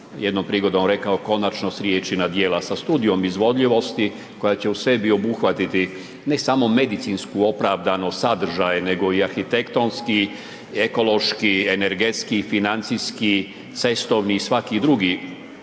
jednom prigodom rekao, konačno s riječi na djela, sa studijom izvodljivosti, koja će u sebi obuhvatiti, ne samo medicinsko opravdani sadržaj, nego i arhitektonski, ekološki, energetski i financijski, cestovni i svaki drugi